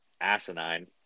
Asinine